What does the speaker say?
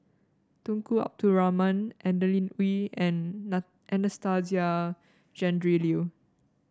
Tunku Abdul Rahman Adeline Ooi and Anastasia Tjendri Liew